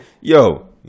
yo